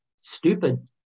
stupid